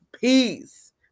peace